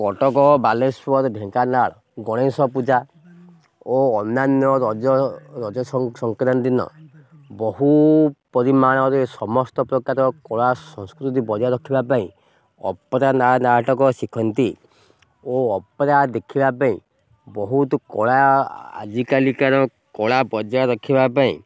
କଟକ ବାଲେଶ୍ୱର ଢେଙ୍କାନାଳ ଗଣେଶ ପୂଜା ଓ ଅନ୍ୟାନ୍ୟ ରଜ ରଜ ସଂକ୍ରାନ୍ତି ଦିନ ବହୁ ପରିମାଣରେ ସମସ୍ତ ପ୍ରକାର କଳା ସଂସ୍କୃତି ବଜାୟ ରଖିବା ପାଇଁ ଅପରା ନାଟକ ଶିଖନ୍ତି ଓ ଅପେରା ଦେଖିବା ପାଇଁ ବହୁତ କଳା ଆଜିକାଲିକାର କଳା ବଜାୟ ରଖିବା ପାଇଁ